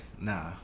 Nah